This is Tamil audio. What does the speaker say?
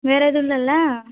வேறெதுவும் இல்லைல்ல